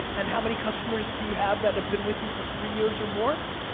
and how many customers do you have that have been with you for three years or more?